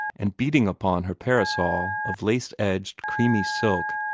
and beating upon her parasol of lace-edged, creamy silk,